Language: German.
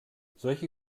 solche